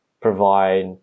provide